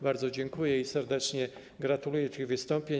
Bardzo dziękuję i serdecznie gratuluję tych wystąpień.